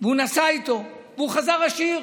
הוא נסע איתו, והוא חזר עשיר.